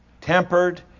tempered